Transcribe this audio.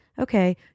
okay